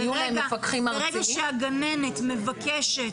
ברגע שהגננת מבקשת